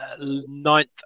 ninth